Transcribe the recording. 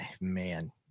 Man